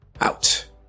out